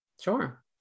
Sure